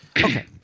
Okay